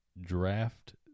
draft